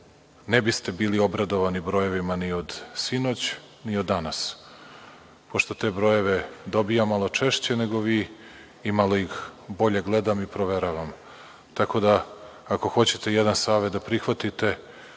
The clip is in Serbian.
ne biste bili obradovani brojevima ni od sinoć ni od danas, pošto te brojeve dobijam malo češće nego vi i malo ih bolje gledam i proveravam. Tako da, ako hoćete jedan savet da prihvatite,